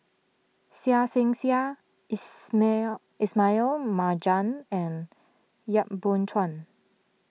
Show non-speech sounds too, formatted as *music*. Seah *unintelligible* Seah Ismail Ismail Marjan and Yap Boon Chuan